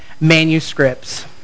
manuscripts